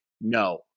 no